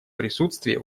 присутствие